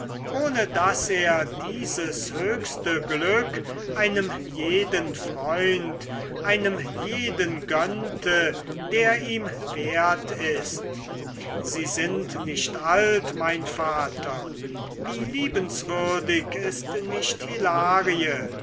ohne daß er dieses höchste glück einem jeden freund einem jeden gönnte der ihm wert ist sie sind nicht alt mein vater wie liebenswürdig ist nicht hilarie